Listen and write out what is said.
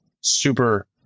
super